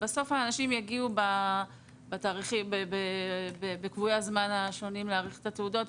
האנשים יגיעו בקבועי הזמן השונים להנפיק את התעודות.